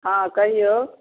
हॅं कहियौ